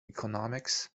economics